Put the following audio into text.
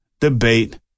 debate